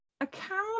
account